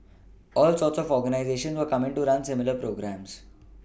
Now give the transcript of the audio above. all sorts of organisations were coming to run similar programmes